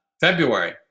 February